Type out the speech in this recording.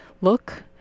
look